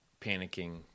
panicking